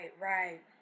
Right